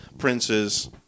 princes